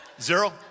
Zero